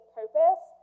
purpose